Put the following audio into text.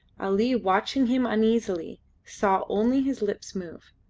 ali watching him uneasily saw only his lips move,